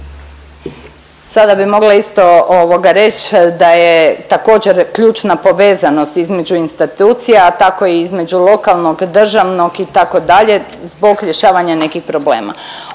Sada bi mogla isto reć da je također ključna povezanost između institucija, a tako između lokanog, državnog itd. zbog rješavanja nekih problema.